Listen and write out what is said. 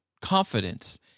confidence